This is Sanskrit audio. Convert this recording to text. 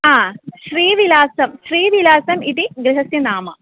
हा श्रीविलासं श्रीविलासमिति गृहस्य नाम